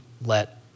let